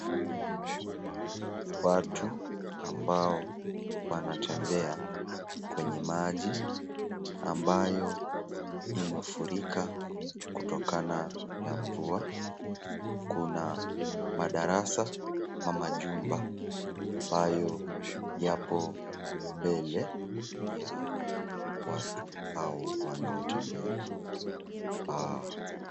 Watu ambao wanatembea kwenye maji ambayo imefurika kutokana na mvua. Kuna madarasa ama majumba ambayo yapo mbele ya watu hao wanaotembea.